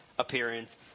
appearance